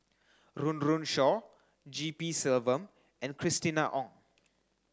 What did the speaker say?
Run Run Shaw G P Selvam and Christina Ong